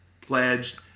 pledged